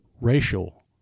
racial